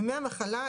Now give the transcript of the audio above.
ימי המחלה,